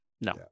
no